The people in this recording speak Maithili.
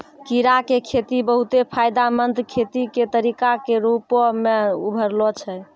कीड़ा के खेती बहुते फायदामंद खेती के तरिका के रुपो मे उभरलो छै